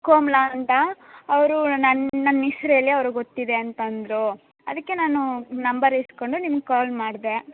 ಕೋಮಲಾ ಅಂತ ಅವರು ನನ್ನ ನನ್ನ ಹೆಸ್ರ್ ಹೇಳಿ ಅವರು ಗೊತ್ತಿದೆ ಅಂತ ಅಂದರು ಅದಕ್ಕೆ ನಾನು ನಂಬರ್ ಇಟ್ಕೊಂಡು ನಿಮ್ಗೆ ಕಾಲ್ ಮಾಡಿದೆ